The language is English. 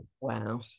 Wow